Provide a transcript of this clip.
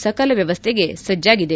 ಸಕಲ ವ್ಲವಸ್ಥೆಗೆ ಸಜ್ಜಾಗಿದೆ